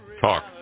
talk